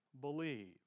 believe